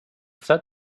said